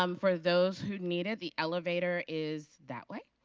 um for those who need it, the elevator is that way.